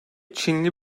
çinli